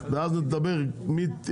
מי מונע ממכם כרגולטור לדבר עם התאגיד?